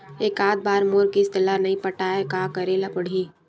एकात बार मोर किस्त ला नई पटाय का करे ला पड़ही?